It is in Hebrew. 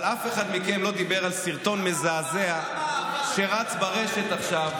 אבל אף אחד מכם לא דיבר על סרטון מזעזע שרץ ברשת עכשיו,